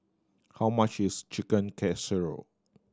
how much is Chicken Casserole